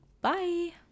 Bye